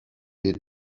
est